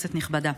כנסת נכבדה,